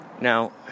now